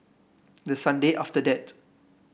the Sunday after that